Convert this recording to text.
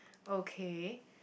okay